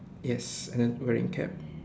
yes and then wearing cap